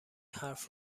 حرف